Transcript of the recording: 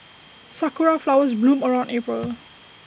Sakura Flowers bloom around April